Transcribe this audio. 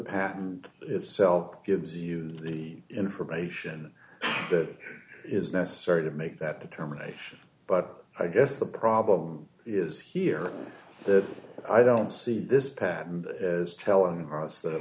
patent itself gives you the information that is necessary to make that determination but i guess the problem is here that i don't see this patent as telling us that